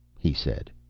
he said.